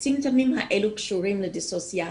הסימפטומים האלה קשורים לדיסאוסיאציה.